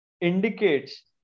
indicates